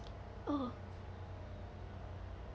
oh